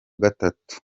gatatu